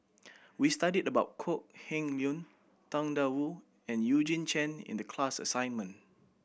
we studied about Kok Heng Leun Tang Da Wu and Eugene Chen in the class assignment